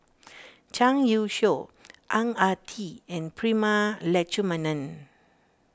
Zhang Youshuo Ang Ah Tee and Prema Letchumanan